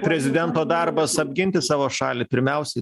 prezidento darbas apginti savo šalį pirmiausiai